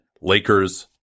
Lakers